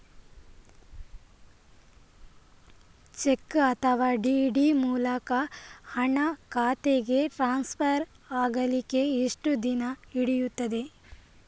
Check ಅಥವಾ DD ಮೂಲಕ ಹಣ ಖಾತೆಗೆ ಟ್ರಾನ್ಸ್ಫರ್ ಆಗಲಿಕ್ಕೆ ಎಷ್ಟು ದಿನ ಹಿಡಿಯುತ್ತದೆ?